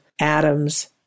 atoms